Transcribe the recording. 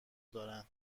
دارن